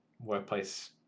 workplace